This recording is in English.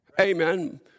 Amen